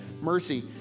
mercy